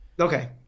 Okay